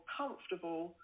comfortable